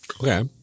Okay